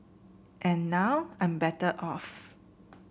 and now I'm better off